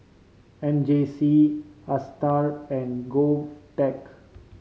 M J C Astar and GovTech